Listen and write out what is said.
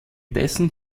dessen